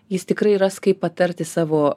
jis tikrai ras kaip patarti savo